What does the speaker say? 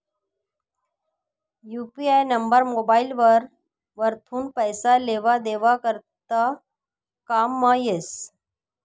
UPI number mobile वरथून पैसा लेवा देवा करता कामंमा येस